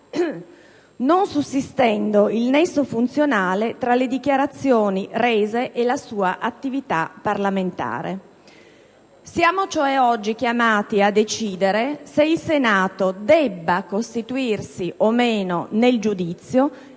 non sussistendo il nesso funzionale tra le dichiarazioni rese e l'attività parlamentare dell'ex senatore Iannuzzi. Siamo cioè oggi chiamati a decidere se il Senato debba costituirsi o no nel giudizio